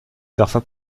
parfois